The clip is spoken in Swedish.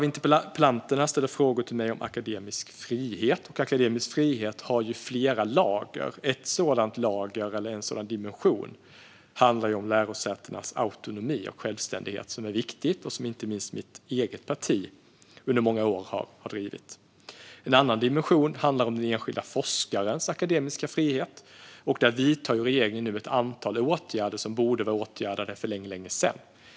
Interpellanterna ställer frågor till mig om akademisk frihet. Akademisk frihet har ju flera lager. Ett sådant lager, eller en sådan dimension, handlar om lärosätenas autonomi och självständighet, något som är viktigt och som inte minst mitt eget parti har drivit under många år. En annan dimension handlar om den enskilda forskarens akademiska frihet. Där vidtar regeringen nu ett antal åtgärder som borde ha gjorts för länge sedan.